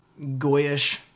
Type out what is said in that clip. goyish